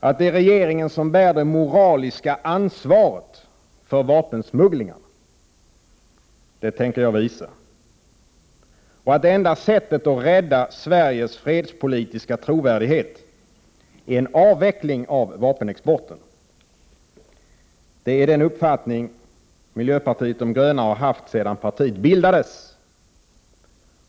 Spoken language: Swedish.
Att det är regeringen som bär det moraliska ansvaret för vapensmugglingarna tänker jag visa. Det enda sättet att rädda Sveriges fredspolitiska trovärdighet är en avveckling av vapenexporten. Detta är miljöpartiet de grönas uppfattning och har varit det sedan partiet bildades.